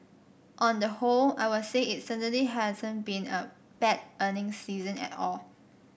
on the whole I would say it certainly hasn't been a bad earnings season at all